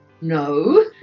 no